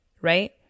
Right